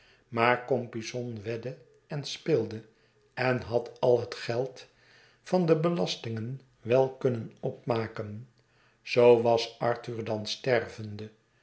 maar compeyson wedde en speelde en had al het geld van de belastingen wel kunnen opmaken zoo was arthur dan stervende